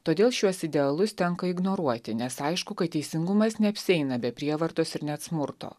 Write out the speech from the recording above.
todėl šiuos idealus tenka ignoruoti nes aišku kad teisingumas neapsieina be prievartos ir net smurto